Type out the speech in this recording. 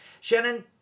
Shannon